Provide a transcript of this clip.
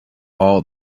all